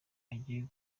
ajye